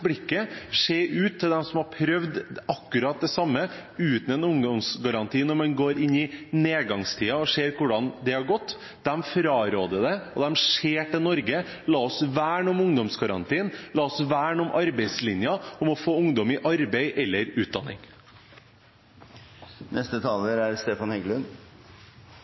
blikket og se til dem som har prøvd akkurat det samme, uten en ungdomsgaranti når de går inn i nedgangstider, se hvordan det har gått. De fraråder det, og de ser til Norge. La oss verne om ungdomsgarantien, la oss verne om arbeidslinjen og få ungdom i arbeid eller utdanning. Jeg tenkte jeg skulle begynne med å si noe om aktivitetsplikt. Jeg synes det er